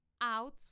out